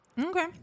Okay